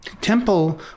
Temple